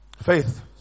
Faith